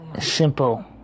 simple